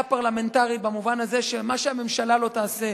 פרלמנטרית במובן הזה שמה שהממשלה לא תעשה,